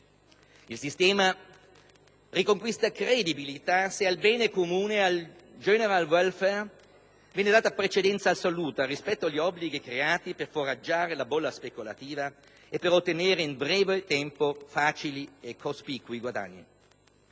Il sistema riconquista credibilità se al bene comune, al *general welfare*, viene data precedenza assoluta rispetto agli obblighi creati per foraggiare la bolla speculativa e per ottenere in breve tempo facili e cospicui guadagni.